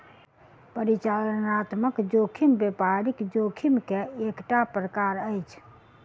परिचालनात्मक जोखिम व्यापारिक जोखिम के एकटा प्रकार अछि